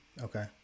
Okay